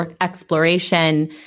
exploration